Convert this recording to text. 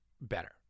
better